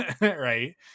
right